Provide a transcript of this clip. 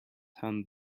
hunt